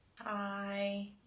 Hi